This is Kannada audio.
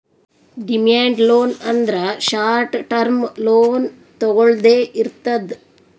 ಡಿಮ್ಯಾಂಡ್ ಲೋನ್ ಅಂದ್ರ ಶಾರ್ಟ್ ಟರ್ಮ್ ಲೋನ್ ತೊಗೊಳ್ದೆ ಇರ್ತದ್